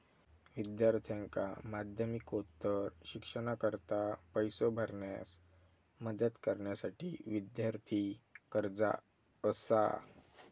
विद्यार्थ्यांका माध्यमिकोत्तर शिक्षणाकरता पैसो भरण्यास मदत करण्यासाठी विद्यार्थी कर्जा असा